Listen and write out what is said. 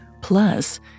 Plus